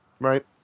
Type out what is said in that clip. right